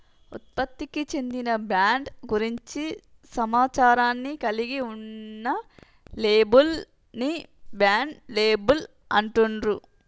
ఉత్పత్తికి చెందిన బ్రాండ్ గురించి సమాచారాన్ని కలిగి ఉన్న లేబుల్ ని బ్రాండ్ లేబుల్ అంటుండ్రు